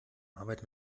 arbeit